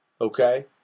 okay